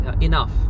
enough